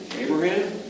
Abraham